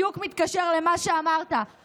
בדיוק מתקשר למה שאמרת,